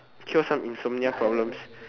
cure some insomnia problems